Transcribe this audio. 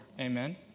Amen